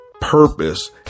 purpose